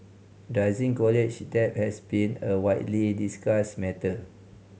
rising college debt has been a widely discussed matter